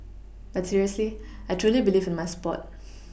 but seriously I truly believe in my sport